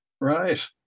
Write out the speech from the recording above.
Right